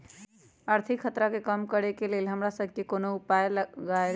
आर्थिक खतरा के कम करेके लेल हमरा सभके कोनो उपाय लगाएल जाइ छै